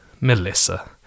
Melissa